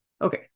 Okay